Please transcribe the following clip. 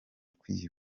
kwiba